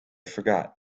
forgot